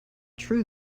true